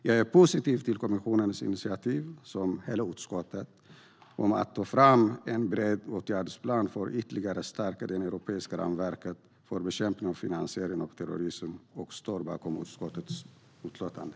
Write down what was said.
Jag är positiv till kommissionens initiativ att ta fram en bred åtgärdsplan för att ytterligare stärka det europeiska ramverket för bekämpning av finansiering av terrorism, och jag står bakom utskottets utlåtande.